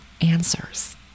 answers